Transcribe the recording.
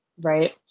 right